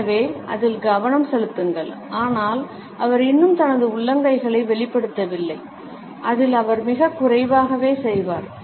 எனவே அதில் கவனம் செலுத்துங்கள் ஆனால் அவர் இன்னும் தனது உள்ளங்கைகளை வெளிப்படுத்தவில்லை அதில் அவர் மிகக் குறைவாகவே செய்வார்